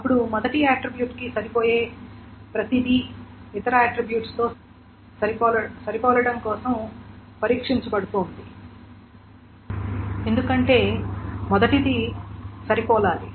అప్పుడు మొదటి ఆట్రిబ్యూట్ కి సరిపోయే ప్రతిదీ ఇతర ఆట్రిబ్యూట్స్ తో సరిపోలడం కోసం పరీక్షించబడుతోంది ఎందుకంటే మొదటిది సరిపోలాలి